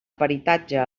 peritatge